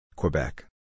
Quebec